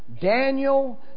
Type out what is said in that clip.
Daniel